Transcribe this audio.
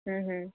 अ हूं